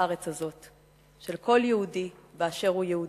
בארץ הזאת, של כל יהודי באשר הוא יהודי.